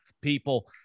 people